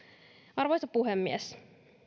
arvoisa puhemies